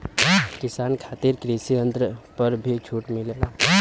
किसान खातिर कृषि यंत्र पर भी छूट मिलेला?